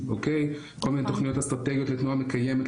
SDG. כל מיני תוכניות אסטרטגיות לתנועה מקיימת,